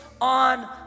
on